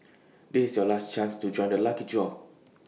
this is your last chance to join the lucky draw